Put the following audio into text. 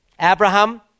Abraham